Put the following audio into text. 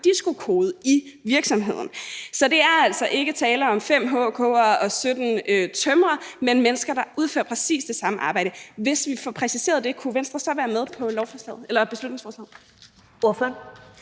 DISCO-kode i virksomheden. Så der er altså ikke tale om 5 HK'ere og 17 tømrere, men mennesker, der udfører præcis det samme arbejde. Hvis vi får præciseret det, kunne Venstre så være med på beslutningsforslaget? Kl.